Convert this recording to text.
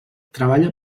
treballa